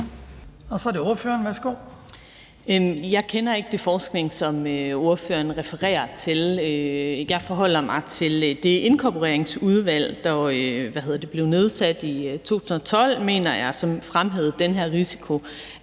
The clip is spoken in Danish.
Linea Søgaard-Lidell (V): Jeg kender ikke den forskning, som ordføreren refererer til. Jeg forholder mig til det inkorporeringsudvalg, der blev nedsat i 2012, mener jeg det var, som fremhævede den her risiko